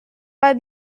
pas